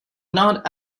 not